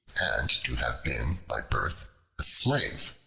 and to have been by birth a slave.